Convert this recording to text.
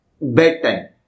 bedtime